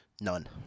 None